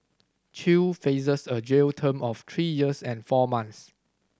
Chew faces a jail term of three years and four months